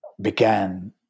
began